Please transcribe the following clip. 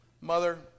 Mother